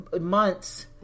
Months